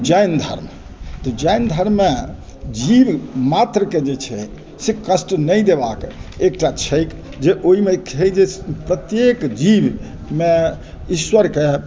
जैन धर्म तऽ जैन धर्ममे जीव मात्रके जे छै से कष्ट नहि देबाक एकटा छै जे ओहिमे छै जे प्रत्येक जीवमे ईश्वरके